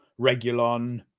Regulon